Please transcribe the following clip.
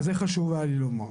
אז זה חשוב היה לי לומר.